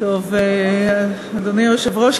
אדוני היושב-ראש,